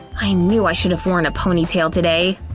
i knew i should've worn a ponytail today, ah,